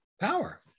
power